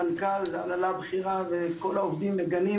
המנכ"ל וההנהלה הבכירה וכל העובדים מגנים